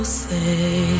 say